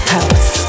House